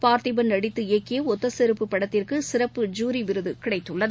பார்த்திபள் நடித்து இயக்கிய ஒத்த செருப்பு படத்திற்கு சிறப்பு ஜூரி விருது கிடைத்துள்ளது